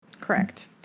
correct